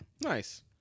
nice